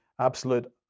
absolute